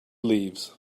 leaves